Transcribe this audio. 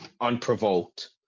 unprovoked